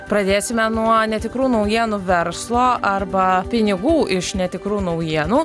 pradėsime nuo netikrų naujienų verslo arba pinigų iš netikrų naujienų